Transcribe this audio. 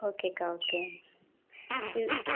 okay அக்கா okay இது